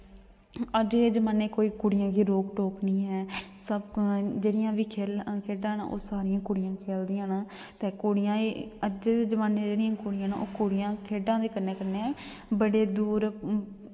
अज्ज दे जमान्ने कोई कुड़ियें गी कोई रोक टोक निं ऐ सब जेह्ड़ियां बी खेढां न ओह् सारियां कुड़ियां खेलदियां न ते कुड़ियां ई अज्जै दे जमान्ने जेह्ड़ियां कुड़ियां न ओह् कुड़ियां खेढां दे कन्नै कन्नै बड़े दूर